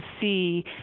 see